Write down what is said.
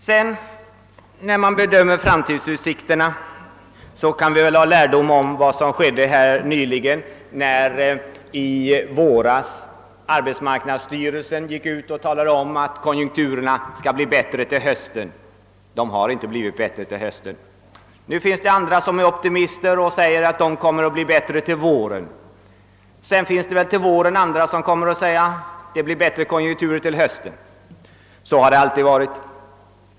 Vid bedömningen av framtidsutsikterna kan vi dra lärdom av vad som inträffade i våras, när arbetsmarknadsstyrelsen tillkännagav som sin uppfattning, att konjunkturerna skulle komma att förbättras till hösten. De blev inte bättre till hösten! Nu finns det andra optimister som säger att konjunkturerna blir bättre till våren, och till våren finns det väl andra som är optimistiska och kommer att säga att det blir bättre konjunkturer till hösten. Så har det alltid varit.